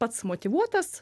pats motyvuotas